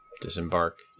disembark